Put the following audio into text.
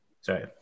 Sorry